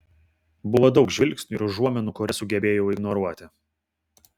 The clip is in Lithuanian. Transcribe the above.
buvo daug žvilgsnių ir užuominų kurias sugebėjau ignoruoti